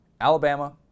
Alabama